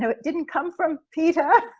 so it didn't come from peta.